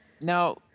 Now